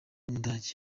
umudage